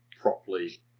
properly